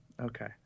Okay